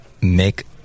make